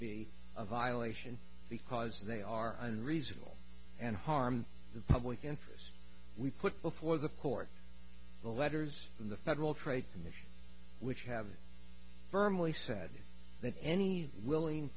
be a violation because they are unreasonable and harm the public interest we put before the court the letters from the federal trade commission which have firmly said that any willing